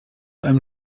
einem